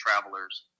travelers